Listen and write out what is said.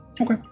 Okay